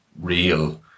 real